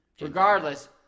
Regardless